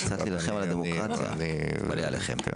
צריך להילחם על הדמוקרטיה, אני מתפלא עליכם.